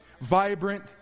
vibrant